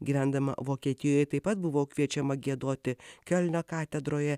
gyvendama vokietijoj taip pat buvo kviečiama giedoti kelnio katedroje